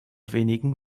wenigen